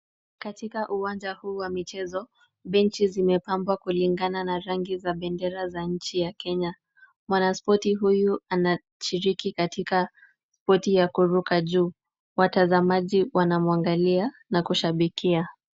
Katika uwanja huu wa michezo, benchi zimepangwa kulingana na rangi za bendera za nchi ya Kenya. Mwanaspoti huyu anashiriki katika spoti ya kuruka juu. Watazamaji wanamwangalia na kushabikia.